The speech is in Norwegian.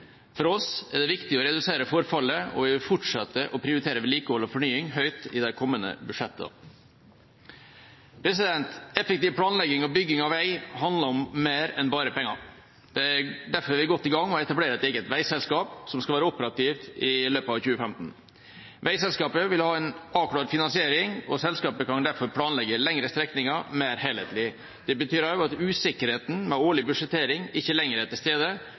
For oss er det viktig å redusere forfallet, og vi vil fortsette å prioritere vedlikehold og fornying høyt i de kommende budsjettene. Effektiv planlegging og bygging av vei handler om mer enn bare penger. Derfor er vi godt i gang med å etablere et eget veiselskap som skal være operativt i løpet av 2015. Veiselskapet vil ha en avklart finansiering, og selskapet kan derfor planlegge lengre strekninger mer helhetlig. Det betyr også at usikkerheten med årlig budsjettering ikke lenger er til stede,